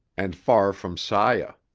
and far from saya.